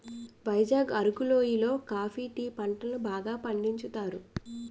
వైజాగ్ అరకు లోయి లో coffee tea పంటలను బాగా పండించుతారు